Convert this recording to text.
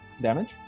Damage